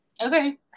okay